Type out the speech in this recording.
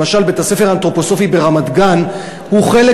למשל בית-הספר האנתרופוסופי ברמת-גן הוא חלק